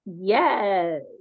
Yes